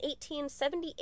1878